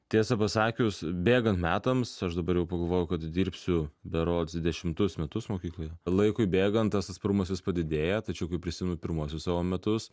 tiesą pasakius bėgant metams aš dabar jau pagalvojau kad dirbsiu berods dvidešimtus metus mokykloje laikui bėgant tas atsparumas jis padidėja tačiau kai prisimenu pirmuosius savo metus